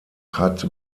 hat